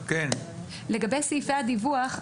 הערה לגבי סעיפי הדיווח.